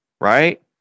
Right